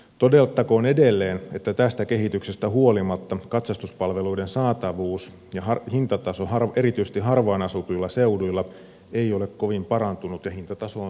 todettakoon edelleen että tästä kehityksestä huolimatta katsastuspalveluiden saatavuus ja hintataso erityisesti harvaan asutuilla seuduilla ei ole kovin parantunut ja hintataso on tosiaan kova